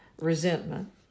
resentment